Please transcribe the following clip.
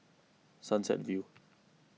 Sunset View